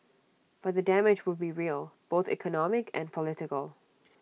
but the damage would be real both economic and political